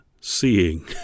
seeing